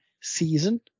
season